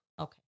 Okay